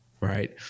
Right